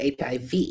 HIV